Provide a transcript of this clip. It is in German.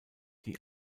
die